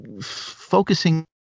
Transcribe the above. focusing